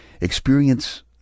experience